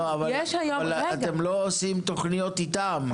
לא, אבל אתם לא עושים תוכניות איתם.